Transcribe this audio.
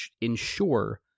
ensure